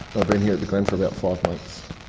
i've been here at the glen for about five months.